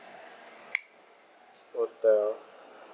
hotel